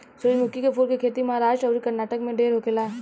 सूरजमुखी के फूल के खेती महाराष्ट्र अउरी कर्नाटक में ढेर होखेला